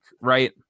right